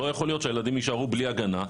לא יכול להיות שהילדים יישארו בלי הגנה,